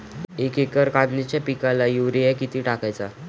एक एकर कांद्याच्या पिकाला युरिया किती टाकायचा?